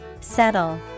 Settle